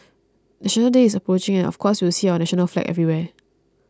National Day is approaching and of course you'll see our national flag everywhere